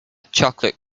chocolate